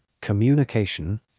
communication